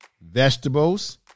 Vegetables